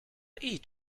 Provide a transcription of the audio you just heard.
eat